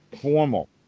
formal